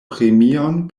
premion